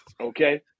okay